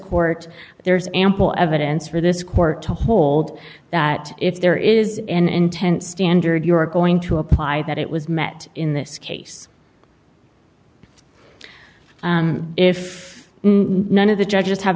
court there is ample evidence for this court to hold that if there is an intent standard you're going to apply that it was met in this case and if none of the judges have